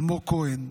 אלמוג כהן,